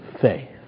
faith